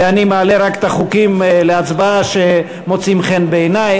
ואני מעלה להצבעה רק את החוקים שמוצאים חן בעיני.